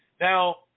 Now